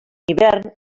hivern